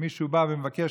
מישהו בא ומבקש,